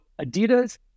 Adidas